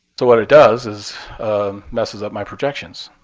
so what it does is messes up my projections.